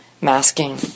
masking